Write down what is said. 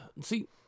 see